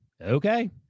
Okay